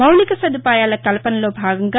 మౌలిక సదుపాయాల కల్పనలో భాగంగా